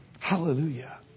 Hallelujah